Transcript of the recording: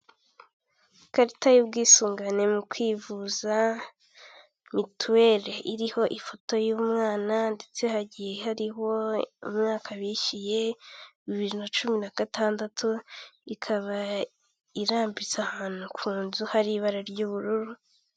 Ikarita y'ubwisungane mu kwivuza mituweli iriho ifoto y'umwana ndetse hagiye hariho umwaka bishyuye, bibiri na cumi n'agatandatu, ikaba irambitse ahantu ku nzu hari ibara ry'ubururu.